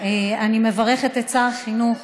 אני מברכת את שר החינוך